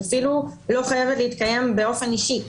היא אפילו לא חייבת להתקיים באופן אישי.